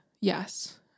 Yes